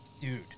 dude